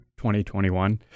2021